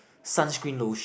sunscreen lotion